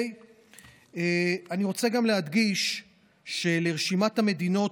אני רוצה גם להדגיש שלרשימת המדינות